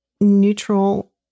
neutral